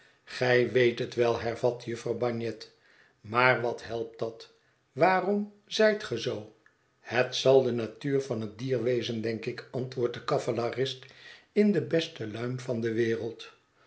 gij weet het wel hervat jufvrouw bagnet maar wat helpt dat waarom zijt ge zoo het zal de natuur van het dier wezen denk ik antwoordt de cavalerist in de beste luim van de wereld